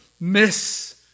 Miss